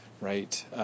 right